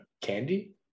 candy